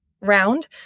round